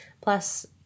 Plus